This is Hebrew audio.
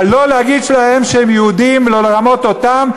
אבל לא להגיד להם שהם יהודים ולא לרמות אותם,